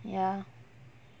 ya